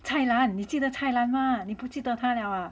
cai lan 你记得 cai lan 嘛你不记得他了啊